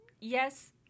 Yes